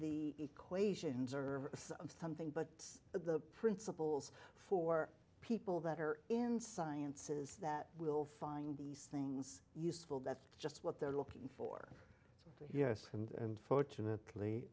the equations or something but the principles for people that are in sciences that will find these things useful that's just what they're looking for yes and fortunately